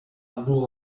bourg